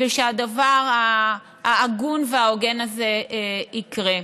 בשביל שהדבר ההגון וההוגן הזה יקרה.